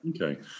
Okay